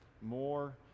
more